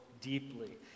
deeply